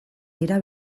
dira